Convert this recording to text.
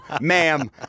Ma'am